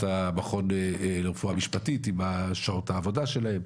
המכון לרפואה משפטית עם שעות העבודה שלהם,